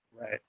Right